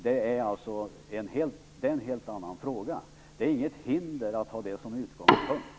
Det är nämligen en helt annan fråga. Det är inget hinder att ha detta som utgångspunkt.